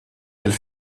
elle